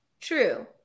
True